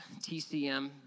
TCM